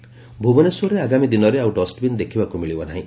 dustbin ମୁକ୍ତ ଭୁବନେଶ୍ୱରରେ ଆଗାମୀ ଦିନରେ ଆଉ ଡଷ୍ଟବିନ୍ ଦେଖିବାକୁ ମିଳିବ ନାହିଁ